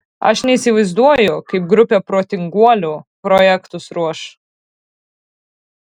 aš neįsivaizduoju kaip grupė protinguolių projektus ruoš